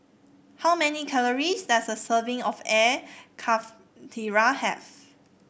how many calories does a serving of Air Karthira have